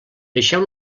deixeu